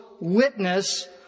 witness